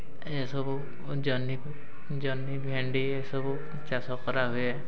ଏସବୁ ଜହ୍ନି ଜହ୍ନି ଭେଣ୍ଡି ଏସବୁ ଚାଷ କରାହୁଏ